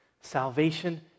Salvation